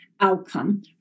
outcome